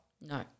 No